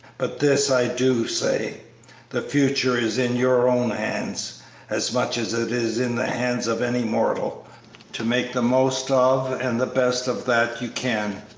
but this i do say the future is in your own hands as much as it is in the hands of any mortal to make the most of and the best of that you can,